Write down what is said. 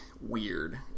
weird